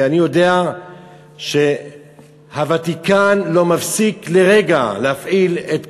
ואני יודע שהוותיקן לא מפסיק לרגע להפעיל את כל,